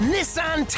Nissan